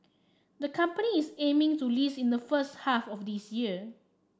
the company is aiming to list in the first half of this year